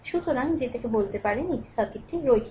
সুতরাং যে থেকে বলতে পারেন সার্কিট একটি রৈখিক